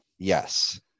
yes